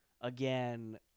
again –